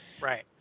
Right